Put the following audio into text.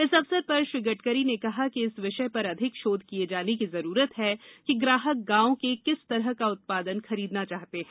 इस अवसर पर श्री गडकरी ने कहा कि इस विषय पर अधिक शोध किए जाने की जरूरत है कि ग्राहक गांव के किस तरह का उत्पाद खरीदना चाहते हैं